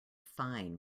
fine